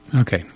Okay